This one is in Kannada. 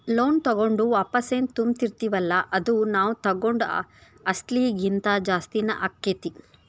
ಲೋನ್ ತಗೊಂಡು ವಾಪಸೆನ್ ತುಂಬ್ತಿರ್ತಿವಲ್ಲಾ ಅದು ನಾವ್ ತಗೊಂಡ್ ಅಸ್ಲಿಗಿಂತಾ ಜಾಸ್ತಿನ ಆಕ್ಕೇತಿ